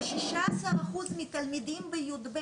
כ-16% מתלמידי י"ב